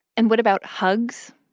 and what about hugs?